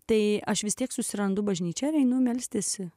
tai aš vis tiek susirandu bažnyčią einu melstis